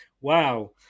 Wow